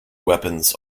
weapons